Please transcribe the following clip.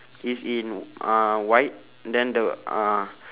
is in uh white then the uh